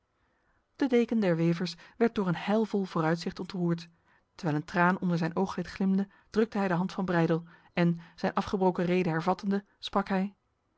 de deken der wevers werd door een heilvol vooruitzicht ontroerd terwijl een traan onder zijn ooglid glimde drukte hij de hand van breydel en zijn afgebroken rede hervattende sprak hij